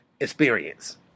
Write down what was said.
experience